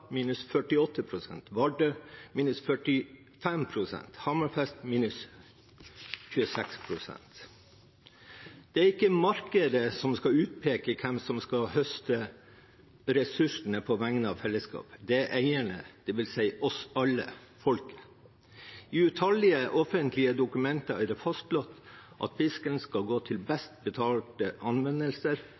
minus 48 pst., Vardø minus 45 pst., Hammerfest minus 26 pst. Det er ikke markedet som skal utpeke hvem som skal høste ressursene på vegne av fellesskapet. Det er eierne, dvs. vi alle, folket. I utallige offentlige dokumenter er det fastlagt at fisken skal gå til best betalte